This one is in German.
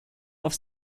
auf